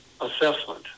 assessment